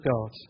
God